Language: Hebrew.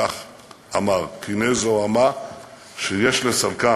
כך אמר, קני זוהמה שיש לסלקם.